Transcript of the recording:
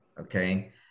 okay